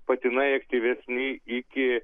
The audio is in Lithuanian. patinai aktyvesni iki